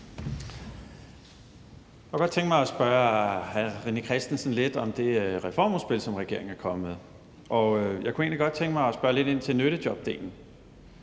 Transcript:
Jeg kunne godt tænke mig at spørge hr. René Christensen lidt om det reformudspil, som regeringen er kommet med. Jeg kunne egentlig godt tænke mig at spørge lidt ind til nyttejobdelen,